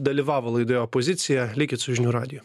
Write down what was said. dalyvavo laidoje opozicija likit su žinių radiju